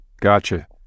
Gotcha